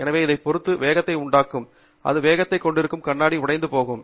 எனவே அதை பொறுத்து வேகத்தை உண்டாக்கும் அது வேகத்தை கொண்டிருக்கும் கண்ணாடி உடைந்து போகும்